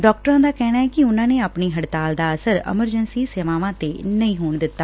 ਡਾਕਟਰਾਂ ਦਾ ਕਹਿਣੈ ਕਿ ਉਨਾਂ ਨੇ ਆਪਣੀ ਹੜਤਾਲ ਦਾ ਅਸਰ ਐਮਰਜੈਂਸੀ ਸੇਵਾਵਾਂ ਤੇ ਨਹੀਂ ਹੋਣ ਦਿੱਤਾ